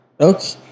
Okay